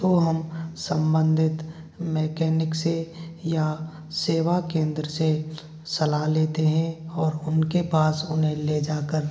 तो हम सम्बंधित मेकेनिक से या सेवा केंद्र से सलाह लेते हैं और उनके पास उन्हें ले जाकर